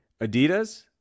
Adidas